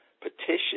petition